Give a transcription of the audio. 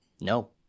no